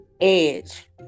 Edge